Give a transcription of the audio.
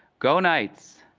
go knights,